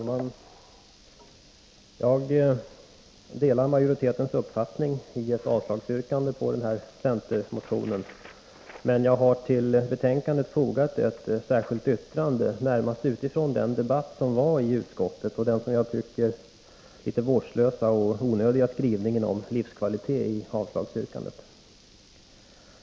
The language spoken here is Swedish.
Herr talman! Jag delar majoritetens uppfattning när det gäller yrkandet om avslag på centermotionen, men jag har till betänkandet fogat ett särskilt yttrande, närmast med tanke på den debatt som ägde rum i utskottet och den enligt min mening litet vårdslösa och onödiga skrivningen om livskvalitet i avslagsyrkandet.